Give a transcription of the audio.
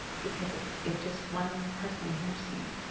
because if just one person hears me.